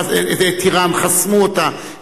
חסמו אותה,